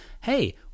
hey